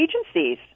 agencies